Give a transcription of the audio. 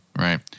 right